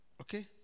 Okay